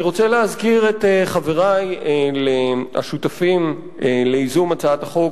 אני רוצה להזכיר את חברי השותפים לייזום הצעת החוק,